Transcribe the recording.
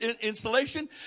installation